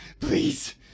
please